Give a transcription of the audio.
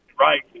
Right